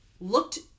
looked